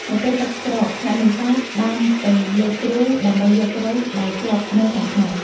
នៅពេលទឹកស្រក អ្នកនេសាទបានទៅលើកទ្រូដើម្បីយកត្រីដែលជាប់នៅខាងក្នុង។